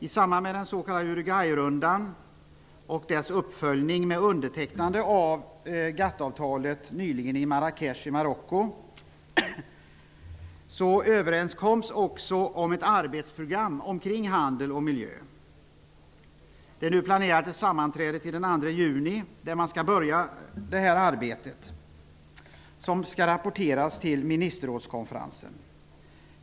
I samband med uppföljningen av Uruguay-rundan och undertecknandet av GATT-avtalet nyligen i Marrakech i Marocko enades man vidare om ett arbetsprogram för frågor om handel och miljö. Ett sammanträde har inplanerats till den 2 juni, då arbetet skall börja. Detta skall sedan rapporteras till ministerrådskonferensen.